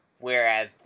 Whereas